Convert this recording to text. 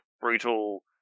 brutal